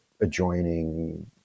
adjoining